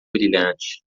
brilhante